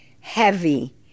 heavy